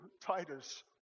Titus